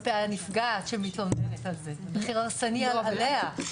כלפי הנפגעת שמתלוננת על זה, מחיר הרסני גם עליה.